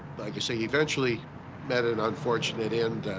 like i say, he eventually met an unfortunate end,